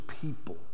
people